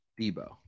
Debo